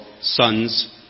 sons